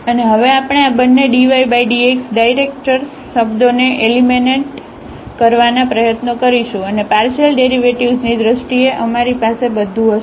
અને હવે આપણે આ બંને dydx ડાયરેક્ચર્સ શબ્દોને એલિમિનેટ કરવાના પ્રયત્નો કરીશું અને પાર્શિયલ ડેરિવેટિવ્ઝ ની દ્રષ્ટિએ અમારી પાસે બધું હશે